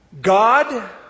God